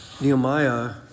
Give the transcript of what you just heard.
Nehemiah